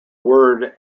word